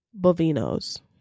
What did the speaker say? bovino's